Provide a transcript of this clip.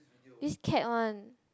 this cat one